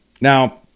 Now